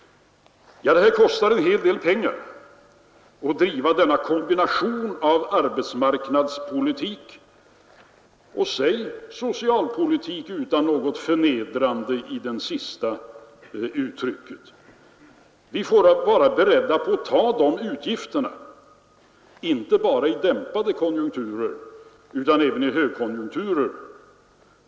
Det kostar en hel del pengar att driva denna ambition i arbetsmarknadspolitik, och säg gärna socialpolitik utan att det sistnämnda uttrycket innebär något förnedrande. Vi får vara beredda på att ta de utgifterna inte bara i dämpade konjunkturer utan även i högkonjunkturer.